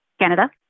Canada